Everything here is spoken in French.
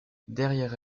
derrière